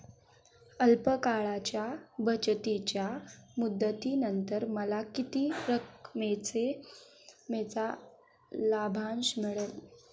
अल्प काळाच्या बचतीच्या मुदतीनंतर मला किती रकमेचा लाभांश मिळेल?